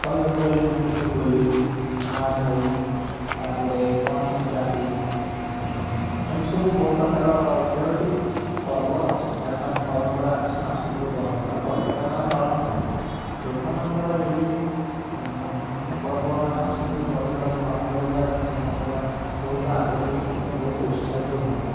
କହିବାକୁ ଗଲେ ଯେମିତିକି ହୋଲି ନୂଆଖାଇ ତା'ପରେ ପଣାସଂକ୍ରାନ୍ତି ଏମିତି ସବୁ ବହୁପ୍ରକାର ତେରଟି ପର୍ବ ଅଛି ଯାହାକୁ ଆମେ ପରମ୍ପରା ଅଛି ସାଂସ୍କୃତିକ ପରମ୍ପରା ପର୍ବ ତାକୁ ଆମେ ପାଳନ କରୁ ଲୋକମାନଙ୍କର ଏଇ ପର୍ବ ବା ସାଂସ୍କୃତିକ ପରମ୍ପରାକୁ ପାଳନ କରିବା ଏବଂ ସମୟ ଦେବା ବହୁତ ଆଗ୍ରହୀ ଏବଂ ବହୁତ ଉତ୍ସାହିତ ହୁଅନ୍ତି